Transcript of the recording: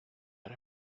era